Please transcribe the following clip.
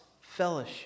fellowship